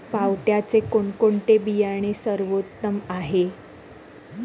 पावट्याचे कोणते बियाणे सर्वोत्तम आहे?